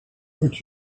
but